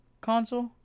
console